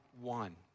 one